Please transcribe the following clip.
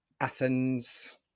athens